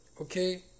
Okay